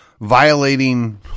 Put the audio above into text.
violating